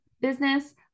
business